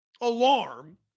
alarm